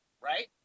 right